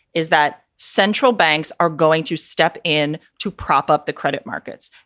is that central banks are going to step in to prop up the credit markets.